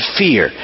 fear